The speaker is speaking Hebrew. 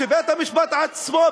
שבית-המשפט עצמו,